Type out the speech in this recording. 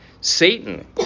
Satan